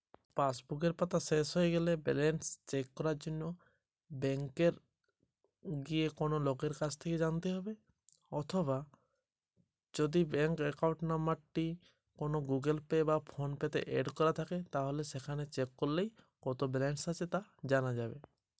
আমার পাসবুকের পাতা সংখ্যা শেষ হয়ে গেলে ব্যালেন্স কীভাবে জানব?